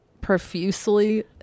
profusely